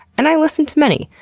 and i listen to many.